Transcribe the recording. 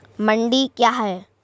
मंडी क्या हैं?